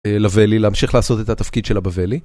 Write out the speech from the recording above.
לבלי להמשיך לעשות את התפקיד של הבבלי.